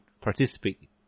participate